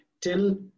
till